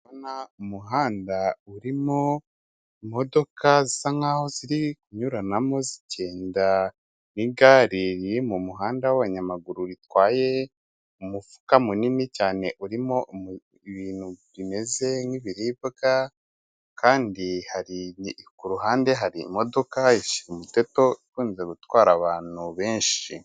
Ndi kubona umuhanda urimo imodoka zisa nk'aho ziri kunyuranamo zigenda, n'igare riri mumuhanda w'abanyamaguru ritwaye umufuka munini cyane urimo ibintu bimeze nk'ibiribwa, kandi kuruhande hari imodoka ya shira umuteto ikunze gutwara abantu benshi.